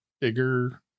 bigger